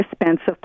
expensive